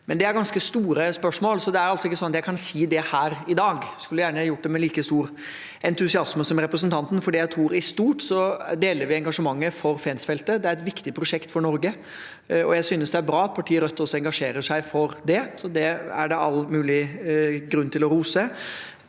fond. Det er ganske store spørsmål, så det er ikke sånn at jeg kan si det her i dag. Jeg skulle gjerne gjort det med like stor entusiasme som representanten, for i stort tror jeg vi deler engasjementet for Fensfeltet. Det er et viktig prosjekt for Norge. Jeg synes det er bra at partiet Rødt også engasjerer seg for det, så det er det all mulig grunn til å rose.